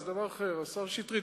זה דבר אחר, השר שטרית.